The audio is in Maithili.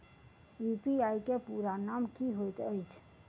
यु.पी.आई केँ पूरा नाम की होइत अछि?